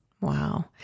Wow